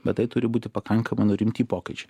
bet tai turi būti pakankamai nu rimti pokyčiai